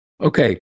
Okay